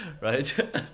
right